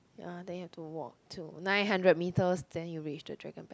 ya then you have to walk to nine hundred meters then you'll reach the Dragon Back